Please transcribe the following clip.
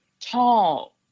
tall